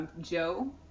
Joe